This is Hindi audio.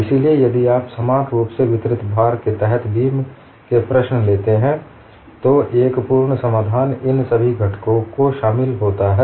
इसलिए यदि आप समान रूप से वितरित भार के तहत बीम का प्रश्न लेते हैं तो एक पूर्ण समाधान इन सभी घटकों को शामिल होता है